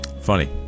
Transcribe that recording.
Funny